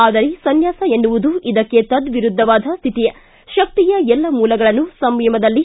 ಆದರೆ ಸನ್ಮಾಸ ಎನ್ನುವುದು ಇದಕ್ಕೆ ತದ್ದಿರುದ್ಧವಾದ ಸ್ಥಿತಿ ಶಕ್ತಿಯ ಎಲ್ಲ ಮೂಲಗಳನ್ನೂ ಸಂಯಮದಲ್ಲಿ